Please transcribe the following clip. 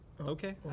Okay